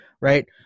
Right